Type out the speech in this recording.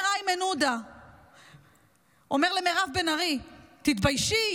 אומר איימן עודה למירב בן ארי: תתביישי.